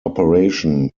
operation